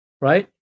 right